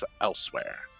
elsewhere